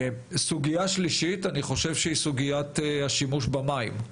3. סוגיית השימוש במים: